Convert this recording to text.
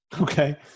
Okay